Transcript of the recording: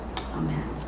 Amen